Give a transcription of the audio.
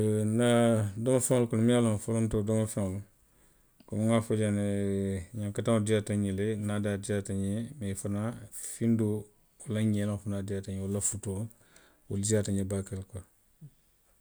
Ee nŋa domofeŋolu kono minnu ye a loŋ ko folonto domofeŋolu loŋ, nŋa fo jaŋ ne ňankataŋo diiyaata nňe le, naadaa diiyaata nňe. mee fanaŋ findoo walla ňeeleŋo diiyaata nňe le walla futoo, wolu diiyaata nňe baake